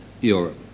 Europe